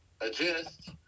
adjust